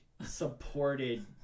supported